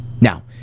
Now